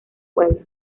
pueblo